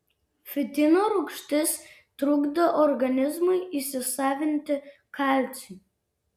fitino rūgštis trukdo organizmui įsisavinti kalcį